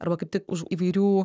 arba kaip tik už įvairių